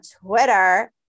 Twitter